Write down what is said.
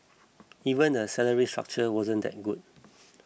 even the salary structure wasn't that good